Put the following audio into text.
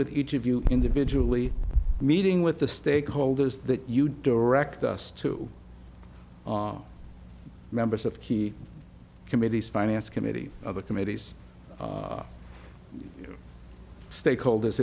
with each of you individually meeting with the stakeholders that you direct us to members of key committees finance committee other committees stakeholders